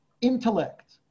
intellect